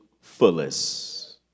fullest